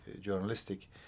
journalistic